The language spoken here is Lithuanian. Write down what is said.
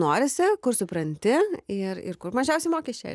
norisi kur supranti ir ir kur mažiausi mokesčiai